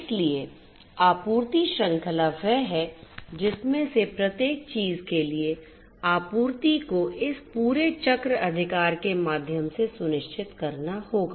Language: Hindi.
इसलिए आपूर्ति श्रृंखला वह है जिसमे से प्रत्येक चीज के लिए आपूर्ति को इस पूरे चक्र अधिकार के माध्यम से सुनिश्चित करना होगा